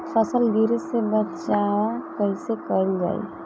फसल गिरे से बचावा कैईसे कईल जाई?